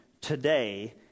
today